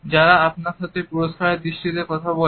যারা আপনার সাথে পুরস্কারের দৃষ্টিতে কথা বলে